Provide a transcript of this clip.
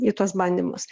į tuos bandymus